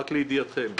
רק לידיעתכם.